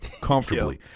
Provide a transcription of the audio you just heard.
comfortably